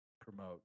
promote